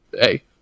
Hey